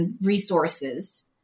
resources